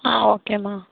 ஆ ஓகேமா